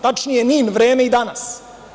Tačnije NIN, „Vreme“ i „Danas“